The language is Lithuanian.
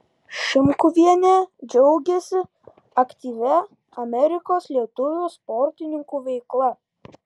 šimkuvienė džiaugiasi aktyvia amerikos lietuvių sportininkų veikla